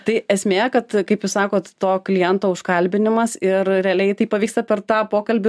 tai esmė kad kaip jūs sakot to kliento užkalbinimas ir realiai tai pavyksta per tą pokalbį